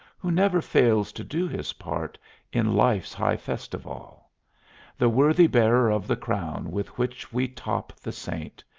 who never fails to do his part in life's high festival the worthy bearer of the crown with which we top the saint.